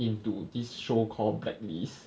into this show called blacklist